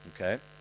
Okay